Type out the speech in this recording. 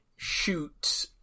shoot